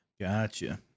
Gotcha